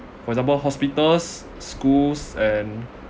for example hospitals schools and